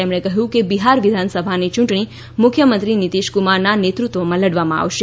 તેમણે કહ્યુંકે બિહાર વિધાનસભાની યૂંટણી મુખ્યમંત્રી નીતીશ કુમારના નેતૃત્વમાં લડવામાં આવશે